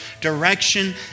direction